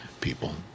people